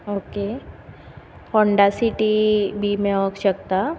okay Honda City बी मेळोवंक शकता